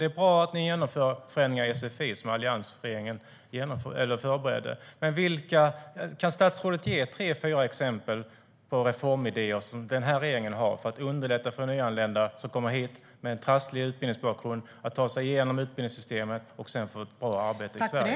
Det är bra att ni genomför förändringar i sfi som alliansregeringen förberedde, men jag skulle vilja att statsrådet gav tre fyra exempel på reformidéer som den här regeringen har för att underlätta för nyanlända som kommer hit med en trasslig utbildningsbakgrund att ta sig igenom utbildningssystemet och sedan få ett bra arbete i Sverige.